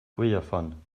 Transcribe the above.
gwaywffon